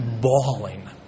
bawling